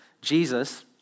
Jesus